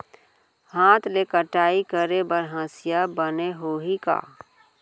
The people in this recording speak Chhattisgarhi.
हाथ ले कटाई करे बर हसिया बने होही का?